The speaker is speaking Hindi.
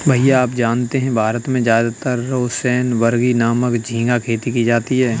भैया आप जानते हैं भारत में ज्यादातर रोसेनबर्गी नामक झिंगा खेती की जाती है